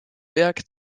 werk